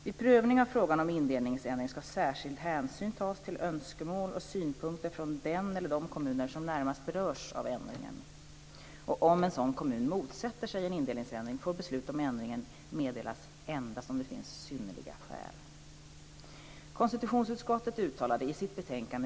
Vid prövning av frågan om indelningsändring ska särskild hänsyn tas till önskemål och synpunkter från den eller de kommuner som närmast berörs av ändringen. Om en sådan kommun motsätter sig en indelningsändring får beslut om ändringen meddelas endast om det finns synnerliga skäl.